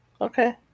Okay